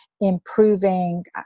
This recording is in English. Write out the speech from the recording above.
improving